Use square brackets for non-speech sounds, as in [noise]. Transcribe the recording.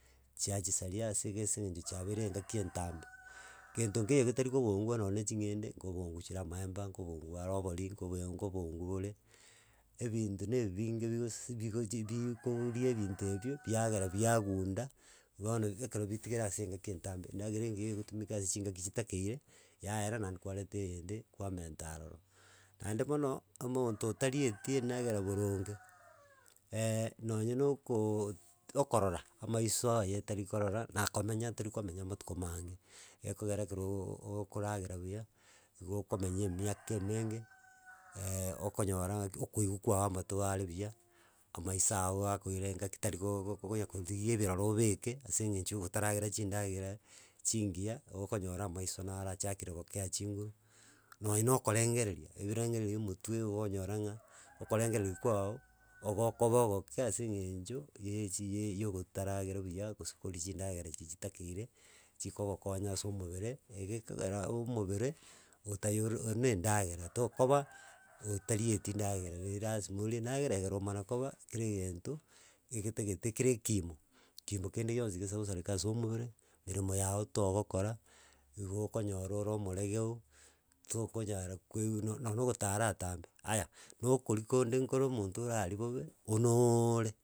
Chiachisaria ase ege ase eng'encho chiabeire engaki entambe. Gento keiyo getari gokobongwa nonye na eching'ende kobongwa chire amaemba, kobongware obori, nkobee nkobongwa bore, ebinto na ebinge bikosisi bikochi bikoria ebinto ebio, biagera biagunda, bono ekero bitigire ase engaki entambe, endagera engiya egotumika ase chingaki chitakeire, yaera naenda kwareta eyende kwamenta aroro. Naende bono, omonto otarieti endagera boronge, [hesitation] nonye na okooo okorora amaiso aye tari korora na komenya tori komenya matuko maange. Ekogera ekero ooo okoragera buya, igo okomenya emiaka emenge [hesitation] okonyora ng'aki, okoigwa kwago amato are buya amaiso ago gakoira engaki tari gogokonyaa korigia ebirore obeke ase eng'encho otaragera chindagera chingiya, igo okonyora amaiso naro achakire gokea chinguru, nonye na okorengereria ebirengereri bia omotwe oknyora ng'a okorengereri kwago ogokoba oboke ase eng'encho ya chii ye ya ogotaragera buya gose koria chidangera chiri chitakeire chikogonya ase omobere egekogera omobere, otaiyo or ore na endagera tokoba otarieti ndagera lazima orie endagera egere omana koba kera egento, egetagete kera ekimo kimo kende gionsi gesa gosareka ase omobere, meremo yago togokora, igo okonyora ore omolegeu, tokonyara kweigu no nonya na ogotara atambe. Aya, na okoria konde nkore omonto orarie bobe onooooore.